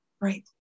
Right